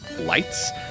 lights